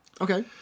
Okay